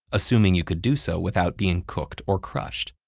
assuming you could do so without being cooked or crushed?